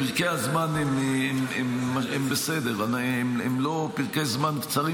פרקי הזמן הם בסדר, הם לא פרקי זמן קצרים.